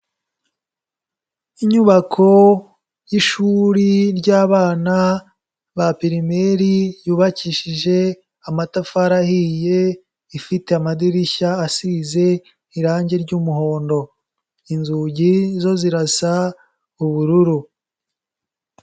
Inyubako y'ishuri ry'abana ba pirimeri yubakishije amatafari ahiye ifite amadirishya asize irange ry'umuhondo, inzugi zo zirasa ubururu.